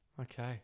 Okay